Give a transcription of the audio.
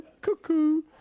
cuckoo